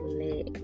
let